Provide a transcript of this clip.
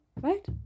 right